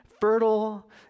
fertile